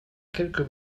quelques